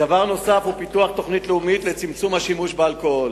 דבר נוסף הוא פיתוח תוכנית לאומית לצמצום השימוש באלכוהול.